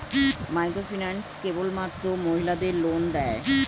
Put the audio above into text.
Microfinance কেবলমাত্র মহিলাদের loan দেয়?